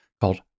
called